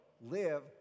live